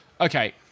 okay